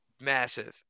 massive